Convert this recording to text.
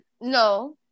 No